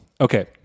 Okay